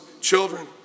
children